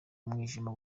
umwijima